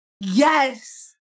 yes